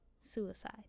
suicide